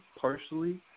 Partially